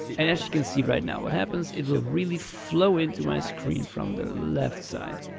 and as you can see right now what happens, it will really flow into my screen from the left side.